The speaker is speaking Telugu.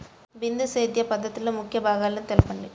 బిందు సేద్య పద్ధతిలో ముఖ్య భాగాలను తెలుపండి?